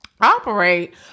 operate